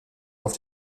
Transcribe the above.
auf